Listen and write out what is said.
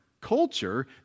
culture